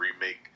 remake